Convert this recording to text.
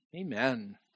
Amen